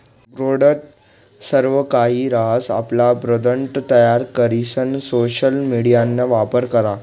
brand सर्वकाहि रहास, आपला ब्रँड तयार करीसन सोशल मिडियाना वापर करा